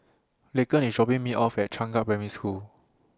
Laken IS dropping Me off At Changkat Primary School